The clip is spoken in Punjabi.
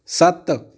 ਸੱਤ